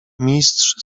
mistrz